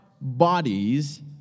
bodies